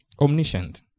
omniscient